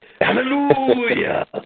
hallelujah